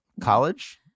college